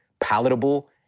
palatable